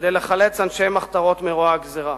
כדי לחלץ אנשי מחתרות מרוע הגזירה.